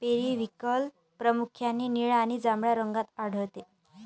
periwinkle प्रामुख्याने निळ्या आणि जांभळ्या रंगात आढळते